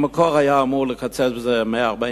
במקור היה אמור להיות קיצוץ של 146,